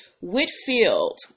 Whitfield